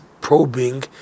probing